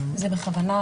זה בכוונה